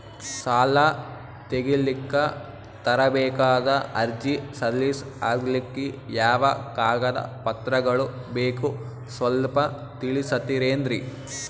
ಸಾಲ ತೆಗಿಲಿಕ್ಕ ತರಬೇಕಾದ ಅರ್ಜಿ ಸಲೀಸ್ ಆಗ್ಲಿಕ್ಕಿ ಯಾವ ಕಾಗದ ಪತ್ರಗಳು ಬೇಕು ಸ್ವಲ್ಪ ತಿಳಿಸತಿರೆನ್ರಿ?